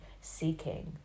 seeking